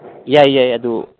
ꯌꯥꯏ ꯌꯥꯏ ꯑꯗꯣ